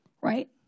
right